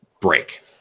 break